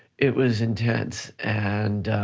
it was intense and